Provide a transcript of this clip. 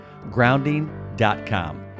grounding.com